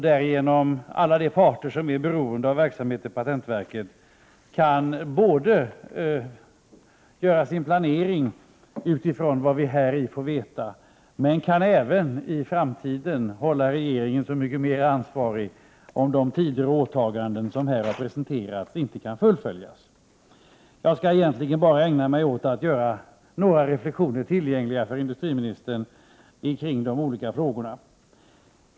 Därigenom kan alla de parter som är beroende av verksamheten på patentverket både göra sin planering utifrån vad vi här har fått veta och i framtiden hålla regeringen så mycket mer ansvarig om de tidsplaner och åtaganden som här har presenterats inte kan fullföljas. Jag skall egentligen bara ägna mig åt att göra några reflexioner kring de olika frågorna tillgängliga för industriministern.